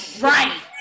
right